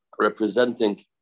representing